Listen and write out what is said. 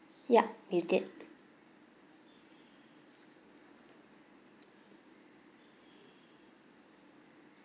yup you did